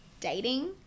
dating